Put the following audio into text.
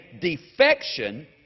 defection